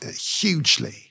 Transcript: hugely